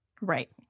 right